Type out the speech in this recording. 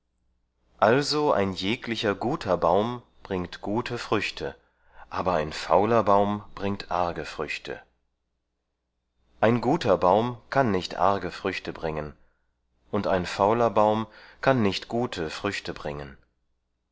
also ein jeglicher guter baum bringt gute früchte aber ein fauler baum bringt arge früchte ein guter baum kann nicht arge früchte bringen und ein fauler baum kann nicht gute früchte bringen